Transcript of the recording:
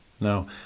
Now